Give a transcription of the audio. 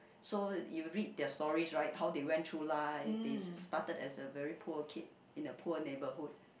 so you read their stories right how they went through life they started as a very poor kid in a poor neighbourhood